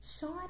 Sean